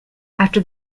after